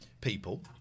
people